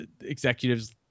executives